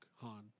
Han